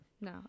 No